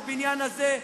בבניין הזה,